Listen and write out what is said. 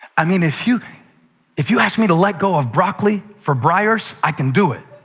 i mean, if you if you ask me to let go of broccoli for breyers, i can do it,